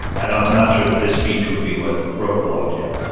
and i'm not sure this speech would be what broke the logjam